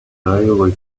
railway